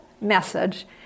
message